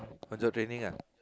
own self training ah